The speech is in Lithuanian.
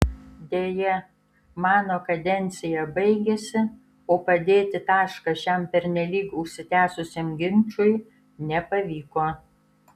deja mano kadencija baigėsi o padėti tašką šiam pernelyg užsitęsusiam ginčui nepavyko